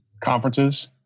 conferences